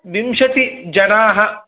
विंशतिजनाः